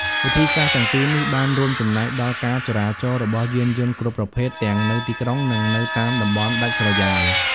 វិធីសាស្រ្តទាំងពីរនេះបានរួមចំណែកដល់ការចរាចរណ៍របស់យានយន្តគ្រប់ប្រភេទទាំងនៅទីក្រុងនិងនៅតាមតំបន់ដាច់ស្រយាល។